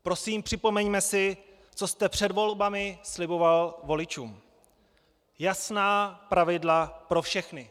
Prosím, připomeňme si, co jste před volbami sliboval voličům: Jasná pravidla pro všechny.